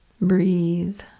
Breathe